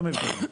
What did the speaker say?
לא מבינים,